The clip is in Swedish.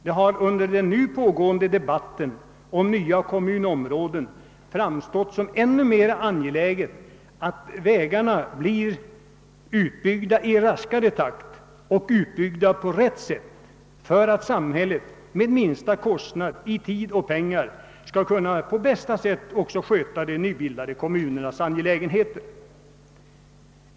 Det har under den nu pågående debatten om nya kommunområden framstått som ännu mera angeläget att vägarna blir utbyggda i raskare takt och utbyggda på rätt sätt för att samhället med minsta kostnad i tid och pengar skall kunna på bästa sätt sköta de nybildade kommunernas angelägenheter.